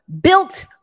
built